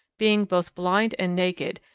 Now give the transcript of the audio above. being both blind and naked,